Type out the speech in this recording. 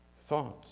thoughts